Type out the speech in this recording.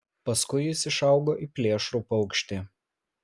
paskui jis išaugo į plėšrų paukštį